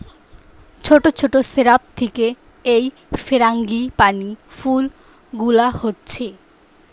ছোট ছোট শ্রাব থিকে এই ফ্রাঙ্গিপানি ফুল গুলা হচ্ছে